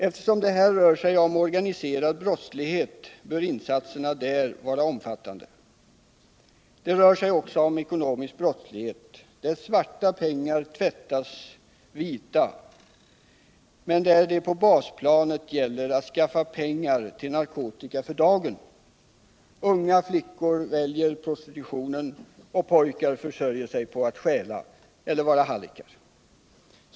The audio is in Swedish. Eftersom det här rör sig om organiserad brottslighet bör insatserna vara omfattande. Det rör sig också om ekonomisk brottslighet, där svarta pengar tvättas vita, medan det på basplanet gäller att skaffa pengar till narkotika för dagen. Unga flickor väljer prostitution, och pojkar försörjer sig på att stjäla eller att vara hallickar.